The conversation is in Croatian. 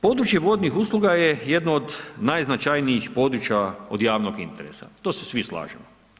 Područje vodnih usluga je jedno od najznačajnijih područja od javnog interesa, to se svi slažemo.